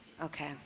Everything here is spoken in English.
Okay